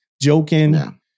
joking